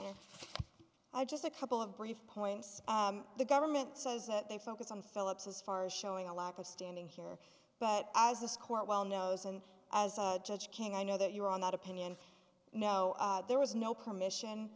i just a couple of brief points the government says that they focus on philips as far as showing a lack of standing here but as this court well knows and as judge king i know that you were on that opinion no there was no permission